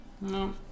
No